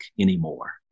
anymore